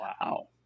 Wow